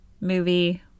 movie